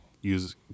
Use